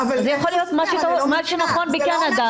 אז יכול להיות שמה שנכון בקנדה,